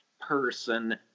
person